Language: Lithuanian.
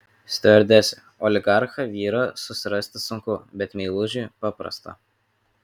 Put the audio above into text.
stiuardesė oligarchą vyrą susirasti sunku bet meilužį paprasta